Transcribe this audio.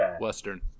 Western